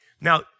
Now